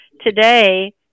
Today